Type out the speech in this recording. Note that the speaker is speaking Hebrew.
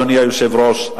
אדוני היושב-ראש,